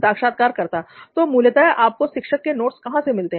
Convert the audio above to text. साक्षात्कारकर्ता तो मूलतः आपको शिक्षक के नोट्स कहां से मिलते हैं